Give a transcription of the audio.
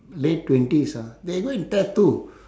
late twenties ah they go and tattoo